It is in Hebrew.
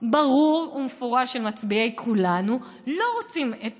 ברור ומפורש של מצביעי כולנו לא רוצים את